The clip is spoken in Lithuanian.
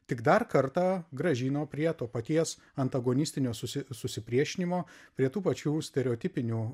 tik dar kartą grąžino prie to paties antagonistinio susi susipriešinimo prie tų pačių stereotipinių